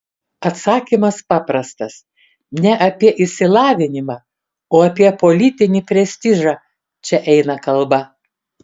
atsakymas paprastas ne apie išsilavinimą o apie politinį prestižą čia eina kalba